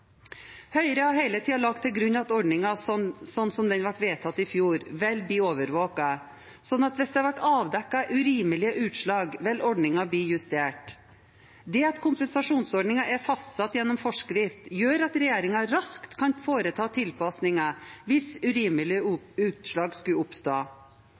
Høyre har hele tiden lagt til grunn at ordningen, slik den ble vedtatt i fjor, vil bli overvåket, slik at hvis det blir avdekket urimelige utslag, vil ordningen bli justert. Det at kompensasjonsordningen er fastsatt gjennom forskrift, gjør at regjeringen raskt kan foreta tilpasninger hvis urimelige utslag skulle oppstå.